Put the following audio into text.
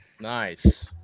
nice